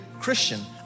Christian